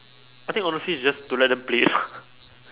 I think honestly is just to let them play it lor